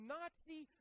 Nazi